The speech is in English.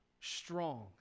strong